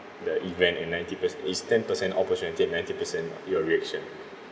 the event and ninety per~ it's ten percent opportunity and ninety percent your reaction